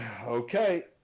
okay